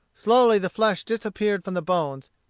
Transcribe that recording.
slowly the flesh disappeared from the bones,